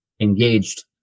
engaged